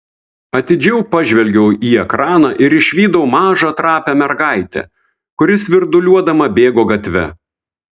atidžiau pažvelgiau į ekraną ir išvydau mažą trapią mergaitę kuri svirduliuodama bėgo gatve